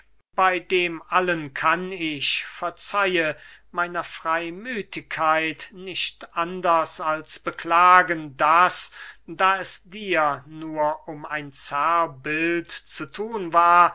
bey dem allen kann ich verzeihe meiner freymüthigkeit nicht anders als beklagen daß da es dir nur um ein zerrbild zu thun war